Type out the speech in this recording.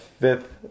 fifth